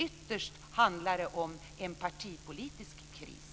Ytterst handlar det om en partipolitisk kris.